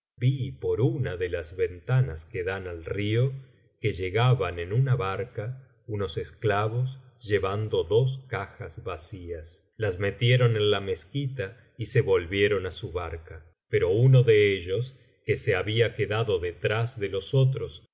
por una de las ventanas que clan al río que llegaban en una barca unos esclavos llevando dos cajas vacias las metieron en la mezquita y se volvieron á su barca pero uno ele ellos que se había quedado detrás de los otros